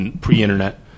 pre-internet